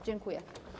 Dziękuję.